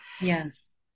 yes